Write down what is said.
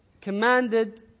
commanded